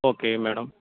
okay madam